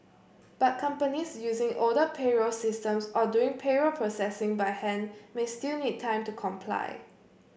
but companies using older payroll systems or doing payroll processing by hand may still need time to comply